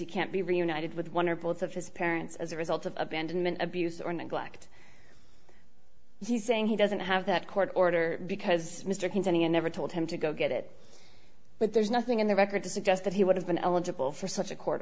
he can't be reunited with one or both of his parents as a result of abandonment abuse or neglect he's saying he doesn't have that court order because mr contending i never told him to go get it but there's nothing in the record to suggest that he would have been eligible for such a court